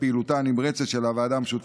בכל המקומות שיש מסיק